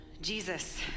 Jesus